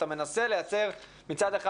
אתה מנסה לייצר מצד אחד,